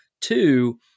Two